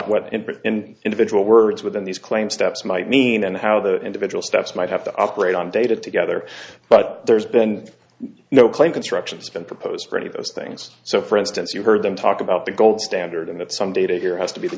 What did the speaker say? input and individual words within these claims steps might mean and how the individual steps might have to operate on data together but there's been no claim construction has been proposed for any of those things so for instance you heard them talk about the gold standard and that some data here has to be the